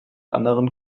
anderen